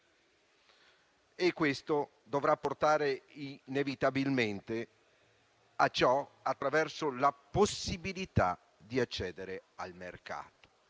E questo dovrà portare inevitabilmente alla possibilità di accedere al mercato.